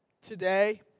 today